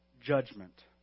judgment